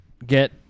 Get